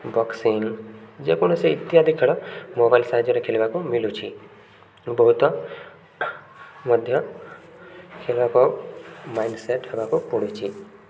boxing ଯେକୌଣସି ଇତ୍ୟାଦି ଖେଳ ମୋବାଇଲ୍ ସାହାଯ୍ୟରେ ଖେଲିବାକୁ ମିଲୁଛିି ବହୁତ ମଧ୍ୟ ଖେଳକୁ ମାଇଣ୍ଡସେଟ୍ ହେବାକୁ ପଡ଼ୁଛିି